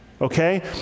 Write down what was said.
okay